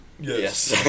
Yes